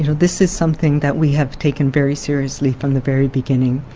you know this is something that we have taken very seriously from the very beginning.